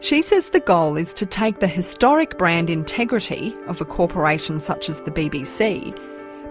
she says the goal is to take the historical brand integrity of a corporation such as the bbc